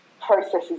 processes